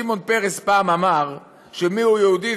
שמעון פרס פעם אמר: מיהו יהודי?